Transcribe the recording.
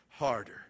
Harder